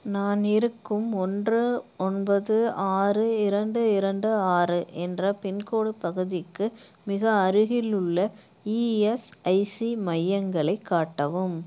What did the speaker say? நான் இருக்கும் ஒன்று ஒன்பது ஆறு இரண்டு இரண்டு ஆறு என்ற பின்கோட் பகுதிக்கு மிக அருகிலுள்ள இஎஸ்ஐசி மையங்களைக் காட்டவும்